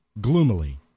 gloomily